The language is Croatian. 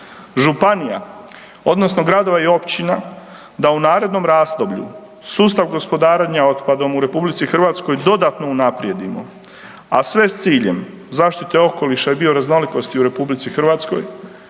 županija odnosno gradova i općina, da u narednom razdoblju sustav gospodarenja otpadom u RH dodatno unaprijedimo, a sve s ciljem zaštite okoliša i bioraznolikosti u RH, povećanje